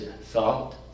thought